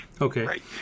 okay